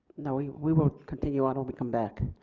we we will continue on when we come back.